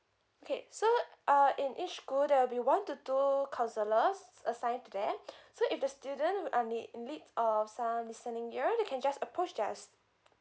okay so ah in each school there'll be one to two counsellors assigned to there so if the student who are need in need of some listening ear they can just approach theirs